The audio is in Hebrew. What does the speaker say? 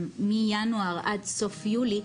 מינואר עד סוף יולי,